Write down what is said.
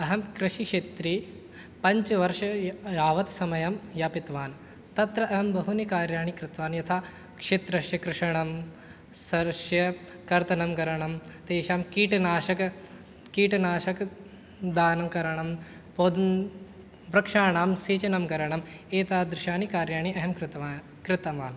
अहं कृषिक्षेत्रे पञ्चवर्ष या यावत् समयं यापितवान् तत्र अहं बहूनि कार्याणि कृतवान् यथा क्षेत्रस्य कर्षणं सर्षपकर्तनं करणं तेषां कीटनाशक कीटनाशकदानकरणं पौध् वृक्षाणां सेचनं करणं एतादृशानि कार्याणि अहं कृतवा कृतवान्